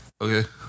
Okay